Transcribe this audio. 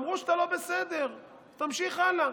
אמרו שאתה לא בסדר, תמשיך הלאה.